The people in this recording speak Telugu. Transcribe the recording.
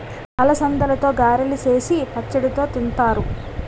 అలసందలతో గారెలు సేసి పచ్చడితో తింతారు